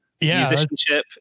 musicianship